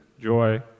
joy